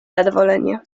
zadowolenia